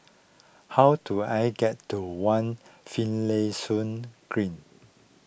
how do I get to one Finlayson Green